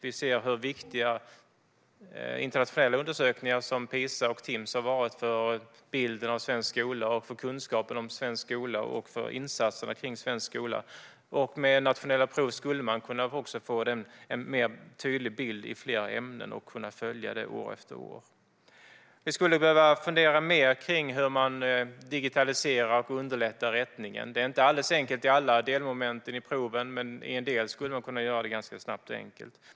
Vi ser hur viktiga internationella undersökningar som PISA och Timss har varit för bilden av svensk skola, för kunskapen om svensk skola och för insatserna kring svensk skola. Med nationella prov skulle man också kunna få en tydligare bild i flera ämnen och ha en uppföljning år efter år. Vi skulle behöva fundera mer kring hur man digitaliserar och underlättar rättningen. Det är inte alldeles enkelt i alla delmoment i proven, men i en del skulle det gå att göra ganska snabbt och enkelt.